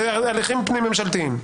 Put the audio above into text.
זה הליכים פנים ממשלתיים.